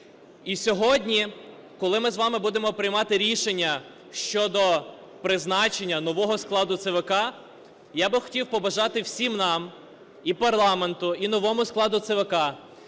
І сьогодні, коли ми з вами будемо приймати рішення щодо призначення нового складу ЦВК, я би хотів побажати всім нам – і парламенту, і новому складу ЦВК